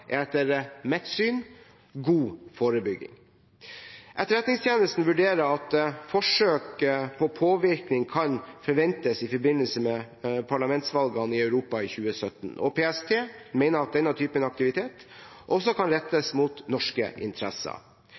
er etter mitt syn god forebygging. Etterretningstjenesten vurderer at forsøket på påvirkning kan forventes i forbindelse med parlamentsvalgene i Europa i 2017. PST mener at denne typen aktivitet også kan rettes mot norske interesser,